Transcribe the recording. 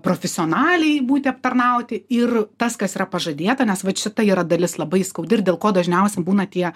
profesionaliai būti aptarnauti ir tas kas yra pažadėta nes vat šita yra dalis labai skaudi ir dėl ko dažniausiai būna tie